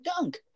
dunk